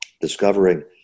discovering